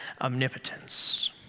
omnipotence